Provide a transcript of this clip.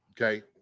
okay